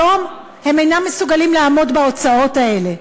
היום הם אינם מסוגלים לעמוד בהוצאות האלה.